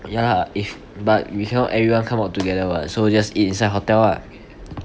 ya lah if but you cannot everyone come up together [what] so just eat inside hotel lah